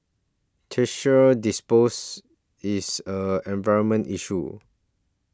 dispose is an environment issue